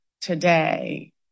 today